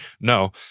No